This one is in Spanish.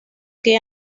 que